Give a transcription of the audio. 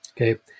Okay